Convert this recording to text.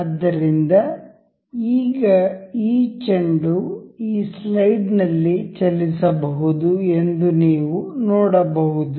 ಆದ್ದರಿಂದ ಈಗ ಈ ಚೆಂಡು ಈ ಸ್ಲೈಡ್ ನಲ್ಲಿ ಚಲಿಸಬಹುದು ಎಂದು ನೀವು ನೋಡಬಹುದು